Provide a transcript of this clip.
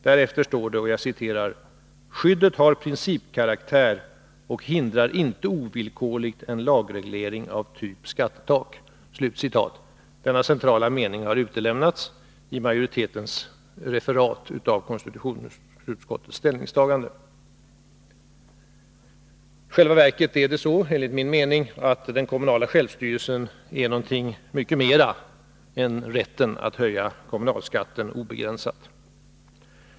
Därefter står det följande: ”Skyddet har principkaraktär och hindrar inte ovillkorligt en lagreglering av typ ”skattetak”.” Denna centrala mening har alltså utelämnats i majoritetens referat av konstitutionsutskottets ställningstagande. I själva verket är, enligt min mening, den kommunala självstyrelsen någonting mycket mera än rätten att obegränsat höja kommunalskatten.